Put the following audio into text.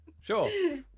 Sure